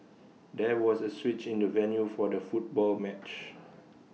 there was A switch in the venue for the football match